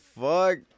fuck